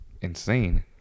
insane